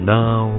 now